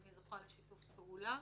ואני זוכה לשיתוף פעולה.